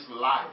life